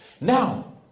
Now